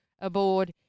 aboard